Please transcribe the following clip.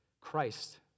Christ